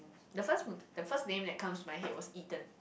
the first the first name that comes to my head was Ethan